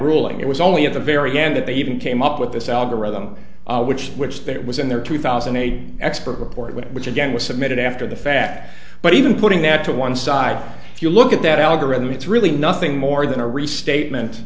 ruling it was only at the very end that they even came up with this algorithm which which there was in their two thousand a expert report which again was submitted after the fact but even putting that to one side if you look at that algorithm it's really nothing more than a restatement